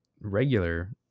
regular